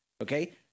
okay